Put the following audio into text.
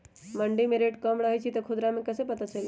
मंडी मे रेट कम रही छई कि खुदरा मे कैसे पता चली?